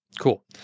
cool